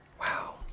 Wow